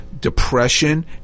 depression